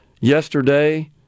yesterday